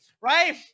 right